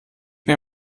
mir